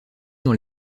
dans